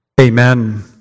Amen